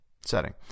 setting